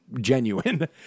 Genuine